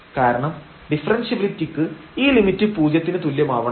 കാരണം ഡിഫറെൻഷ്യബിലിറ്റിക്ക് ഈ ലിമിറ്റ് പൂജ്യത്തിന് തുല്യമാവണം